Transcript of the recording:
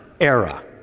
era